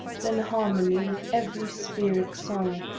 then harmony with every spheric song,